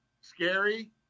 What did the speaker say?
Scary